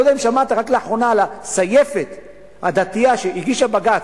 לא יודע אם שמעת רק לאחרונה על הסייפת הדתייה שהגישה בג"ץ,